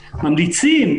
ממליצים,